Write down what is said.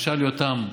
משל יותם.